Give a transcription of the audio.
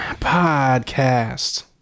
Podcast